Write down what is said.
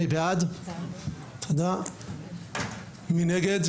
מי בעד הדברים כמו שהצגתי, מי נגד?